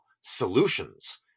solutions